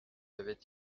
avait